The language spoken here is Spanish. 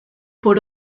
por